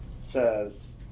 Says